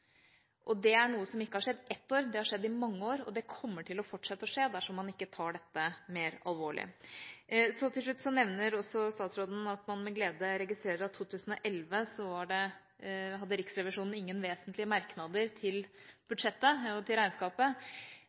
Det er ikke noe som har skjedd ett år – det har skjedd i mange år, og det kommer til å fortsette å skje dersom man ikke tar dette mer alvorlig. Til slutt: Statsråden nevner også at man med glede registrerer at i 2011 hadde Riksrevisjonen ingen vesentlige merknader til budsjettet og regnskapet.